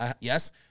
Yes